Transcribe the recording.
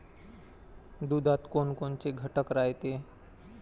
दुधात कोनकोनचे घटक रायते?